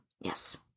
Yes